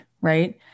right